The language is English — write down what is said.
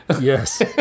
Yes